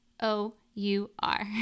O-U-R